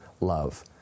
love